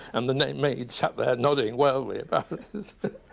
and the maid sat there nodding wildly about like this.